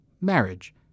marriage